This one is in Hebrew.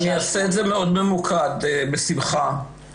אעשה את זה מאוד ממוקד, בשמחה.